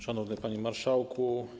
Szanowny Panie Marszałku!